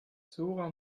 zora